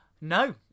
No